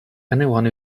anyone